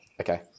okay